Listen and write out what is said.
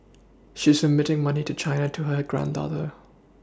she's remitting money to China to her granddaughter